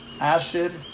acid